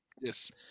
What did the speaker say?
Yes